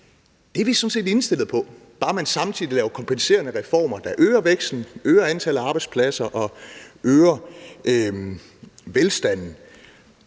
Det er vi sådan set indstillet på, bare man samtidig laver kompenserende reformer, der øger væksten, øger antallet af arbejdspladser og øger velstanden.